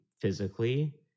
physically